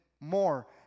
more